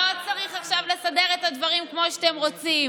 לא צריך עכשיו לסדר את הדברים כמו שאתם רוצים.